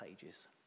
pages